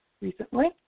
recently